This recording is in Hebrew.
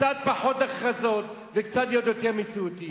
קצת פחות הכרזות וקצת להיות יותר מציאותיים.